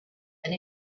and